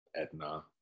Edna